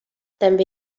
també